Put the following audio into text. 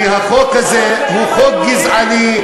כי החוק הזה הוא חוק גזעני,